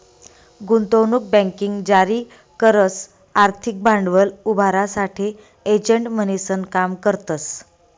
गुंतवणूक बँकिंग जारी करस आर्थिक भांडवल उभारासाठे एजंट म्हणीसन काम करतस